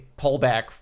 pullback